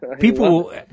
People